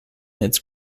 its